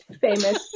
Famous